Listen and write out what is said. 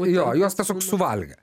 jo juos tiesiog suvalgė